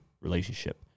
relationship